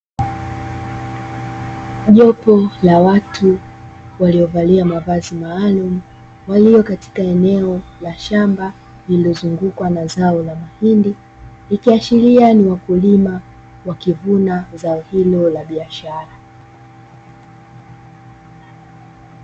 Jopo la watu walivalia mavazi maalumu, wakiwa katika eneo la shamba lililozungukwa na zao la mahindi, ikiashiria ni wakulima wakivuna zao hilo la biashara.